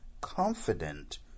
confident